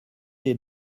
des